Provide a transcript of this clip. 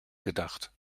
gedacht